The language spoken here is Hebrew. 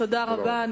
תודה רבה.